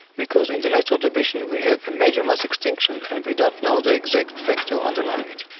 because in the late ordovician we have a major mass extinction and we don't know the exact factor underlying it.